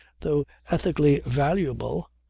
though ethically valuable,